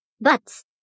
butts